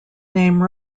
name